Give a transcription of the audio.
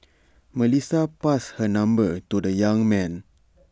Melissa passed her number to the young man